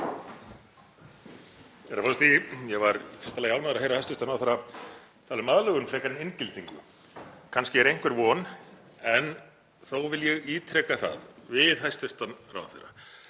Ég var í fyrsta lagi ánægður að heyra hæstv. ráðherra tala um aðlögun frekar en inngildingu, kannski er einhver von. En þó vil ég ítreka það við hæstv. ráðherra